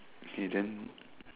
okay then